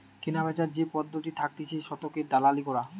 কেনাবেচার যে পদ্ধতি থাকতিছে শতকের দালালি করা